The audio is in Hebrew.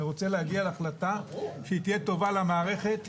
אני רוצה להגיע להחלטה שהיא תהיה טובה למערכת,